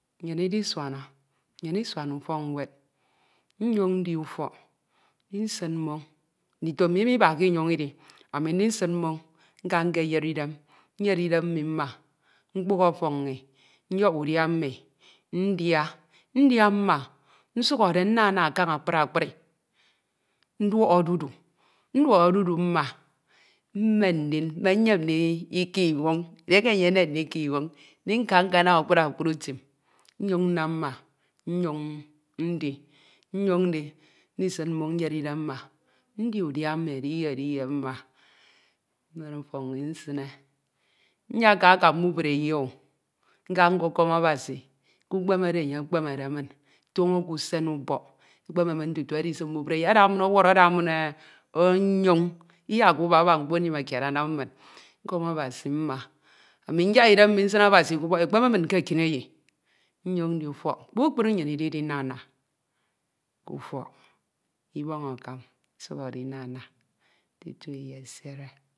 ufọk ñwed, nyoñ ndi ufọk, ndisin mmoñ. Ndito mmi mbakke inyoñ idi, ami ndisin mmoñ nka nkeyere idem, nyere idem mmi mma, nkpuhọ ọfọñ nñi, nyọk udia mmi ndia, ndia mma, nsuhọre nnana kaña akpri akpri nduọk odudu. Nduọk odudu mma, mmen ndin mmeyem ndika inwoñ edieke nyemde ndika inwoñ, ndika nkanam akpri akpri utim nyuñ nnam mma nyoñ ndi. Nyoñ ndi, ndisin mmoñ nyere idem mma, ndia udia mmi ediyie ediyie mma, mmen ọfọñ nñi nsine. Nyeka akam mbubreyi o, nka nkọkọm Abasi k'ukpeme oro enye ekpemede toño ke usen ubọk ekpeme tutu edisim mbubreyi ada min ọwọrọ ada min onyoñ iyakke baba mkpo kied anam min. Nkọm Abasi mma, ami nyak idem mmi nsin Abasi k'ubọk ekpeme min ke ekineyi. Nyoñ ndi ufọk, kpukpru nnyin idi dinana k'ufọk, ibọñ akam isuhọre inana tutu eyi esiere.